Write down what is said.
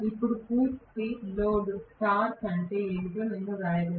ఇప్పుడు పూర్తి load torque అంటే ఏమిటో నేను వ్రాయగలను